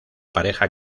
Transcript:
pareja